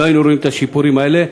לא היינו רואים את השיפורים האלה.